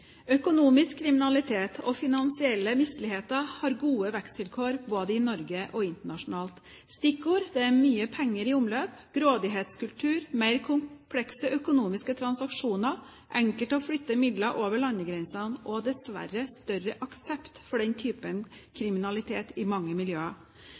Økonomisk kriminalitet og finansielle misligheter har gode vekstvilkår både i Norge og internasjonalt. Stikkord er: mye penger i omløp, grådighetskultur, mer komplekse økonomiske transaksjoner, enkelt å flytte midler over landegrensene og, dessverre, større aksept for den typen